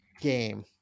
game